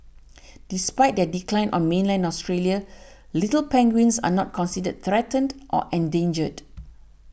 despite their decline on mainland Australia little penguins are not considered threatened or endangered